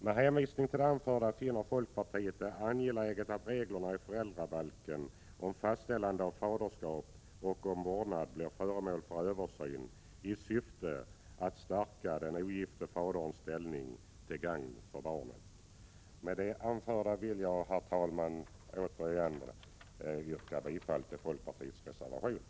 Med hänvisning till det anförda finner folkpartiet det angeläget att reglerna i föräldrabalken om fastställande av faderskap och om vårdnad blir föremål för översyn i syfte att stärka den ogifte faderns ställning till gagn för barnet. Med det anförda vill jag, herr talman, återigen yrka bifall till folkpartiets reservation.